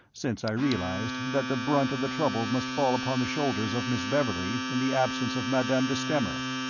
since i realized that the brunt of the trouble must fall upon the shoulders of miss beverley in the absence of madame de stamer.